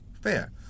fair